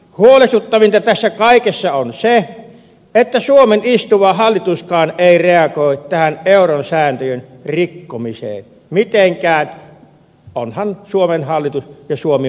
huolestuttavinta tässä kaikessa on se että suomen istuva hallituskaan ei reagoi tähän euron sääntöjen rikkomiseen mitenkään onhan suomen hallitus ja suomi mallioppilas